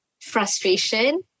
frustration